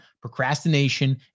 procrastination